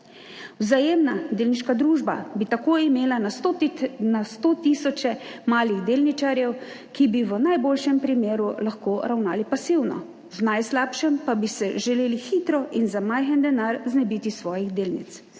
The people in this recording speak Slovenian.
Vzajemna delniška družba bi tako imela na sto, na sto tisoče malih delničarjev, ki bi v najboljšem primeru lahko ravnali pasivno. V najslabšem pa bi se želeli hitro in za majhen denar znebiti svojih delnic.